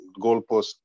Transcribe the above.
goalposts